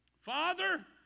Father